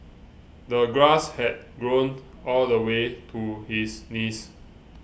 the grass had grown all the way to his knees